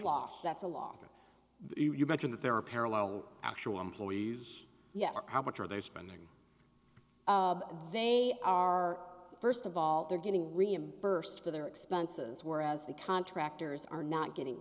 that's a loss you mention that there are parallel actual employees yet how much are they spending they are first of all they're getting reimbursed for their expenses whereas the contractors are not getting